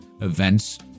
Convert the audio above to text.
events